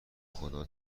خدا